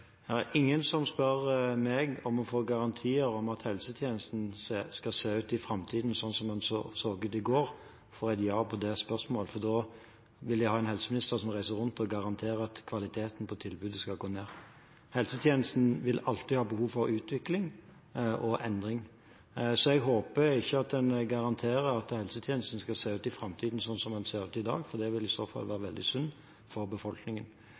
der, har svart ja på det spørsmålet, og det er, rett og slett: Vil ministeren kunne garantere for vidareføring av sjukestuetilbodet i Skjervøy, Nordreisa, Kåfjord og Kvænangen? Ingen som spør meg om å få garantier om at helsetjenesten skal se ut i framtiden slik som den så ut i går, får et ja på det spørsmålet. Da ville de hatt en helseminister som reiser rundt og garanterer at kvaliteten på tilbudet skal gå ned. Helsetjenesten vil alltid ha behov for utvikling og endring. Så jeg håper ikke at en garanterer at helsetjenesten skal se ut i framtiden slik som den ser ut i dag.